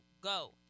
go